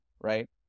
right